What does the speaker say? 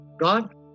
God